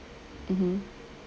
mmhmm